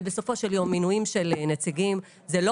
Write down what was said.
ובסופו של יום מינויים של נציגים זה לא